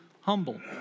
humble